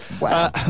Wow